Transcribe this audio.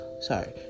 sorry